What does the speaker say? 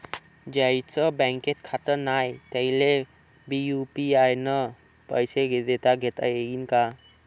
ज्याईचं बँकेत खातं नाय त्याईले बी यू.पी.आय न पैसे देताघेता येईन काय?